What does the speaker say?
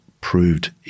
proved